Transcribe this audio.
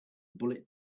bullet